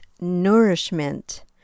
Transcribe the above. nourishment